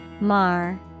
Mar